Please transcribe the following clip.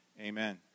Amen